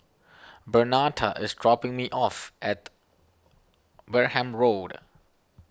Bernetta is dropping me off at Wareham Road